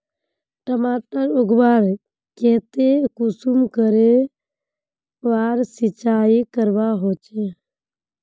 टमाटर उगवार केते कुंसम करे बार सिंचाई करवा होचए?